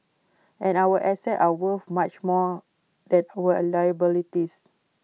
and our assets are worth much more than our liabilities